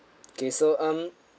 okay so um